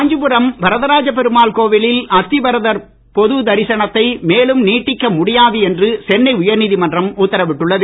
காஞ்சிபுரம் வரதராஜ பெருமாள் கோவிலில் அத்திவரதர் பொது தரிசனத்தை மேலும் நீட்டிக்க முடியாது என்று சென்னை உயர்நீதிமன்றம் உத்தரவிட்டுள்ளது